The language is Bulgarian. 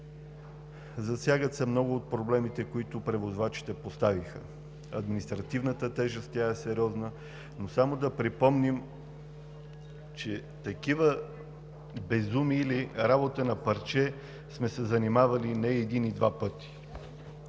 Засягат се много от проблемите, които превозвачите поставиха. Административната тежест е сериозна. Само да припомним, че с такива безумия или работа на парче сме се занимавали не един и два пъти.